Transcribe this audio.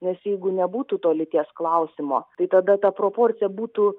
nes jeigu nebūtų to lyties klausimo tai tada ta proporcija būtų